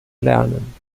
lernen